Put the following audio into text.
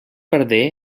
perdé